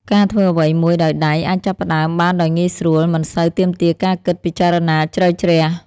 ការធ្វើអ្វីមួយដោយដៃ អាចចាប់ផ្ដើមបានដោយងាយស្រួល មិនសូវទាមទារការគិតពិចារណាជ្រៅជ្រះ។